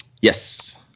Yes